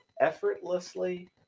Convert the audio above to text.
effortlessly